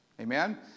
Amen